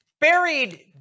buried